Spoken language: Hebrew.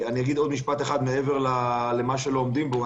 אני אגיד משפט אחד מעבר למה שלא עומדים פה.